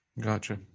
Gotcha